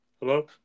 Hello